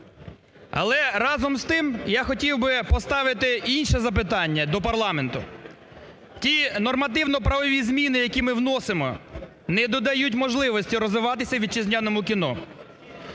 Але разом з тим я хотів би поставити інше запитання до парламенту. Tі нормативно-правові зміни, які ми вносимо, не додають можливостей розвиватися вітчизняному кіно.